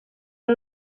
uwo